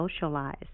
socialize